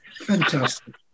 Fantastic